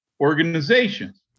organizations